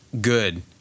good